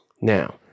Now